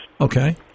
Okay